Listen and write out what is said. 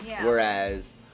Whereas